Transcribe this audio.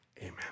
Amen